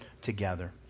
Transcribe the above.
together